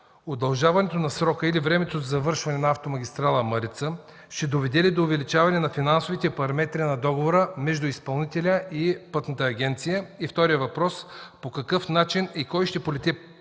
Удължаването на срока или времето за завършване на Автомагистрала „Марица” ще доведе ли до увеличаване на финансовите параметри на договора между изпълнителя и Пътната агенция? 2. По какъв начин и кой ще понесе